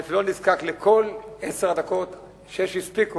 אני אפילו לא נזקק לכל עשר הדקות, ושש הספיקו,